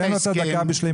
תן לו את הדקה בשלמותה,